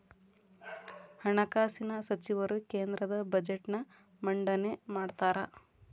ಹಣಕಾಸಿನ ಸಚಿವರು ಕೇಂದ್ರದ ಬಜೆಟ್ನ್ ಮಂಡನೆ ಮಾಡ್ತಾರಾ